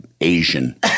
Asian